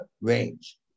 range